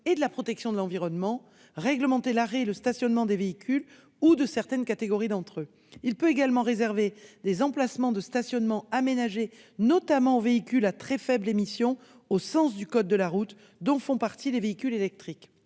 et de la protection de l'environnement, le maire peut ainsi réglementer l'arrêt et le stationnement des véhicules ou de certaines catégories d'entre eux. Il peut également réserver des emplacements de stationnement aménagés, notamment aux véhicules à très faibles émissions au sens du code de la route : les véhicules électriques